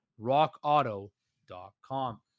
rockauto.com